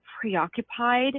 preoccupied